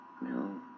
No